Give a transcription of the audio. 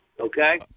okay